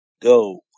go